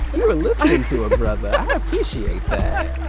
so were listening to a brother. i appreciate that